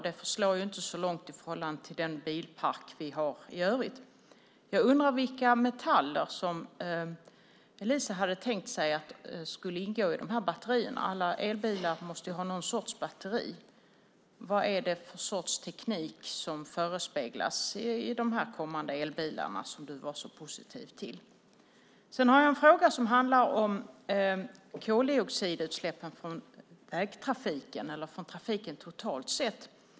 Det förslår inte så långt i förhållande till den bilpark vi har i övrigt. Jag undrar vilka metaller som Eliza hade tänkt sig skulle ingå i batterierna. Alla elbilar måste ha någon sorts batteri. Vad är det för sorts teknik som förespeglas i de kommande elbilar som du var så positiv till? Nästa fråga handlar om koldioxidutsläppen från trafiken totalt sett.